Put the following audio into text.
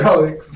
Alex